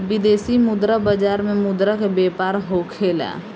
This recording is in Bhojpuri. विदेशी मुद्रा बाजार में मुद्रा के व्यापार होखेला